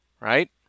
right